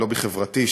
לובי חברתי,